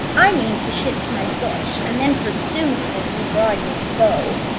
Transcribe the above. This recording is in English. i mean to shift my bush, and then pursue me as you draw your bow.